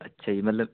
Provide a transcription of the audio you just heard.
ਅੱਛਾ ਜੀ ਮਤਲਬ